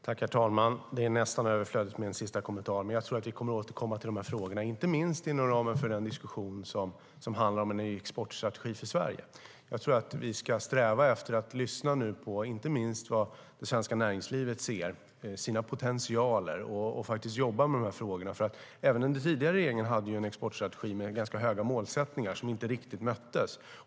Herr talman! Det är nästan överflödigt med en sista kommentar. Vi kommer att återkomma till frågorna inte minst inom ramen för den diskussion som handlar om en ny exportstrategi för Sverige. Vi ska sträva efter att lyssna på vad inte minst det svenska näringslivet ser som sina potentialer och jobba med de frågorna. Även den tidigare regeringen hade en exportstrategi med ganska höga målsättningar som inte riktigt möttes.